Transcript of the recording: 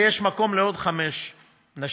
ויש מקום לעוד חמש נשים.